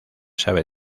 sabe